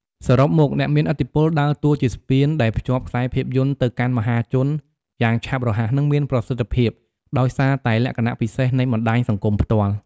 សរុបមកអ្នកមានឥទ្ធិពលដើរតួជាស្ពានដែលភ្ជាប់ខ្សែភាពយន្តទៅកាន់មហាជនយ៉ាងឆាប់រហ័ស និងមានប្រសិទ្ធភាព ដោយសារតែលក្ខណៈពិសេសនៃបណ្ដាញសង្គមផ្ទាល់។